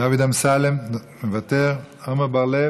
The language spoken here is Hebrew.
דוד אמסלם מוותר, עמר בר-לב,